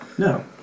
No